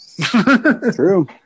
True